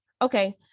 Okay